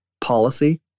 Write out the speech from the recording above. policy